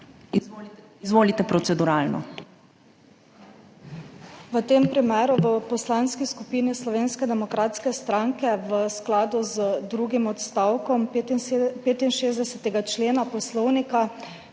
FURMAN (PS SDS): V tem primeru v Poslanski skupini Slovenske demokratske stranke v skladu z drugim odstavkom 65. člena Poslovnika